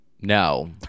No